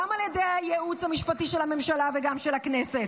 גם על ידי הייעוץ המשפטי של הממשלה וגם של הכנסת,